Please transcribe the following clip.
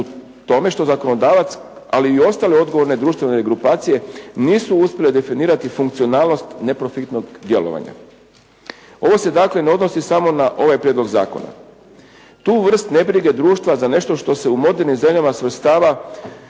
u tome što zakonodavac ali i ostale odgovorne društvene organizacije nisu uspjele definirati funkcionalnost neprofitnog djelovanja. Ovo se dakle ne odnosi samo na ovaj Prijedlog zakona. Tu vrst nebrige društva za nešto što se u modernim zemljama svrstava